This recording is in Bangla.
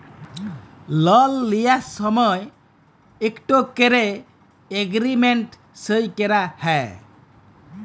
লল লিঁয়ার সময় ইকট ক্যরে এগ্রীমেল্ট সই ক্যরা হ্যয়